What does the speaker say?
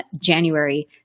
January